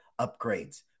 upgrades